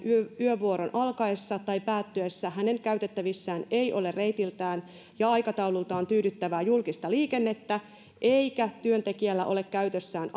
yövuoron alkaessa tai päättyessä hänen käytettävissään ei ole reitiltään ja aikataulultaan tyydyttävää julkista liikennettä eikä työntekijällä ole käytössään